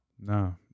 No